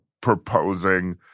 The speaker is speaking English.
proposing